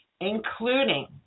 including